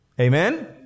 Amen